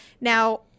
Now